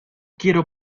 quiero